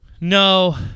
No